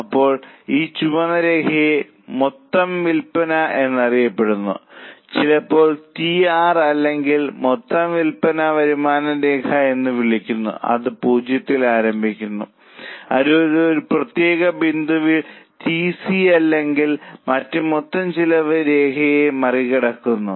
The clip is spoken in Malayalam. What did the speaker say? അപ്പോൾ ഈ ചുവന്ന രേഖയെ മൊത്ത വിൽപ്പന എന്നറിയപ്പെടുന്നു ചിലപ്പോൾ റ്റി ആർ അല്ലെങ്കിൽ മറ്റ് മൊത്തം വരുമാന രേഖ എന്ന് വിളിക്കുന്നു അത് 0 ൽ ആരംഭിക്കുന്നു അത് ഒരു പ്രത്യേക ബിന്ദുവിൽ റ്റി സി അല്ലെങ്കിൽ മറ്റ് മൊത്തം ചെലവ് രേഖയെ മറികടക്കുന്നു